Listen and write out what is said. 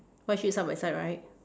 white sheep side by side right